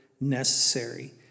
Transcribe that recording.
necessary